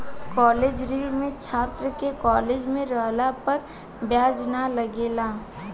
college ऋण में छात्र के कॉलेज में रहला पर ब्याज ना लागेला